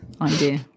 idea